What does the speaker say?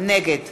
נגד